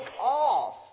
off